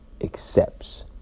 accepts